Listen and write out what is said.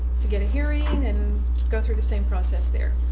to get a hearing and go through the same process there.